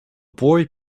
boy